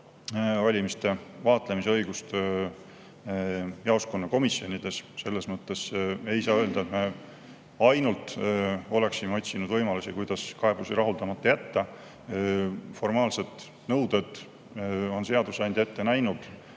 valimiste vaatlemise õigust jaoskonnakomisjonides. Selles mõttes ei saa öelda, et me ainult oleksime otsinud võimalusi, kuidas kaebusi rahuldamata jätta. Formaalsed nõuded on seadusandja ette näinud.